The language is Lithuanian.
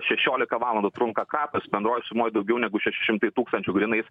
šešiolika valandų trunka kratos bendroj sumoj daugiau negu šeši šimtai tūkstančių grynais